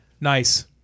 nice